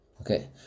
Okay